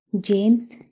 James